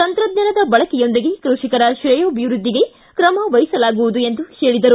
ತಂತ್ರಜ್ಞಾನ ಬಳಕೆಯೊಂದಿಗೆ ಕೃಷಿಕರ ಶ್ರೇಯೋಭಿವೃದ್ಧಿಗೆ ತ್ರಮ ವಹಿಸಲಾಗುವುದು ಎಂದು ಹೇಳಿದರು